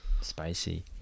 Spicy